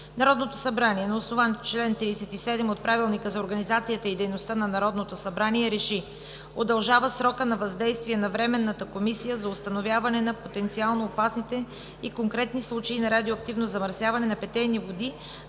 Народното събрание на основание чл. 37 от Правилника за организацията и дейността на Народното Събрание РЕШИ: Удължава срока на действие на Временната комисия за установяване на потенциално опасните и конкретни случаи на радиоактивно замърсяване на питейни води